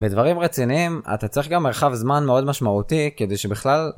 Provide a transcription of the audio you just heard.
בדברים רציניים, אתה צריך גם מרחב זמן מאוד משמעותי כדי שבכלל...